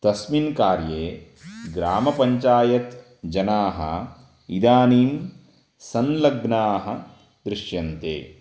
तस्मिन् कार्ये ग्रामपञ्चायत् जनाः इदानीं संलग्नाः दृश्यन्ते